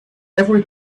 every